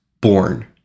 Born